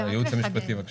הייעוץ המשפטי, בבקשה.